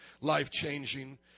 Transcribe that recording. life-changing